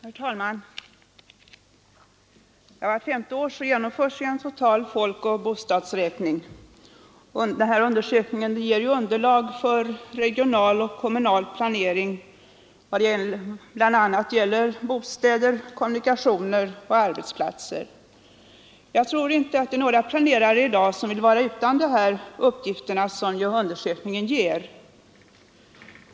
Herr talman! Vart femte år genomförs en folkoch bostadsräkning. Undersökningen ger underlag för regional och kommunal planering vad gäller bl.a. bostäder, kommunikation och arbetsplatser. Jag tror att inga planerare i dag vill vara utan de uppgifter som undersökningen ger.